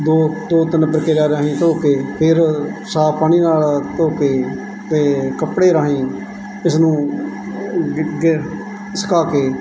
ਦੋ ਦੋ ਤਿੰਨ ਪ੍ਰਕਿਰਿਆ ਰਾਹੀਂ ਧੋ ਕੇ ਫਿਰ ਸਾਫ਼ ਪਾਣੀ ਨਾਲ ਧੋ ਕੇ ਅਤੇ ਕੱਪੜੇ ਰਾਹੀਂ ਇਸ ਨੂੰ ਸੁਕਾ ਕੇ